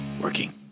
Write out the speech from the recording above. working